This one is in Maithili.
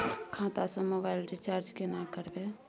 खाता स मोबाइल रिचार्ज केना करबे?